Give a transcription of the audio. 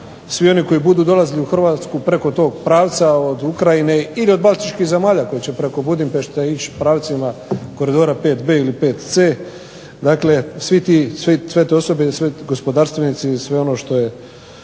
svi oni koji budu dolazili u Hrvatsku preko tog pravca od Ukrajine ili od Baltičkih zemalja koji će preko Budimpešte ići pravcima koridorima 5P ili 5C dakle sve te osobe i svi gospodarstvenici i sve ono što je